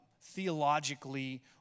theologically